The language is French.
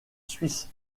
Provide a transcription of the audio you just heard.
suisse